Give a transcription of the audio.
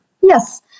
Yes